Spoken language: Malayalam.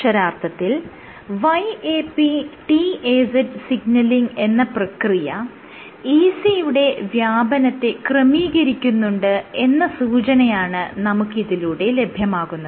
അക്ഷരാർത്ഥത്തിൽ YAPTAZ സിഗ്നലിങ് എന്ന പ്രക്രിയ EC യുടെ വ്യാപനത്തെ ക്രമീകരിക്കുന്നുണ്ട് എന്ന സൂചനയാണ് നമുക്ക് ഇതിലൂടെ ലഭ്യമാകുന്നത്